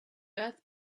earth